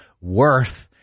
worth